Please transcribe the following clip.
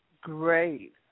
Great